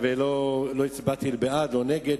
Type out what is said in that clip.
לא הצבעתי בעד או נגד,